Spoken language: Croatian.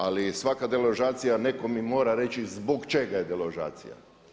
Ali svaka deložacija netko mi mora reći zbog čega je deložacija.